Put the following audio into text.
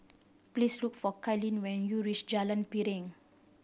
please look for Kaylin when you reach Jalan Piring